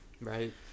Right